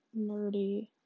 nerdy